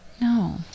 no